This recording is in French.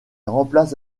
remplace